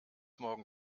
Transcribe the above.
morgen